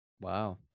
wow